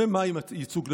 ומה עם הייצוג לחילונים?